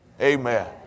amen